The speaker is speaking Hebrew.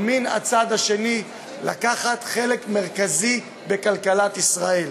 ומן הצד השני לקחת חלק מרכזי בכלכלת ישראל.